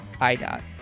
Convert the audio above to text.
IDOT